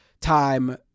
time